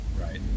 Right